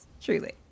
Truly